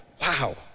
wow